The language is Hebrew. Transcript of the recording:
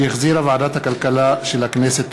שהחזירה ועדת הכלכלה של הכנסת.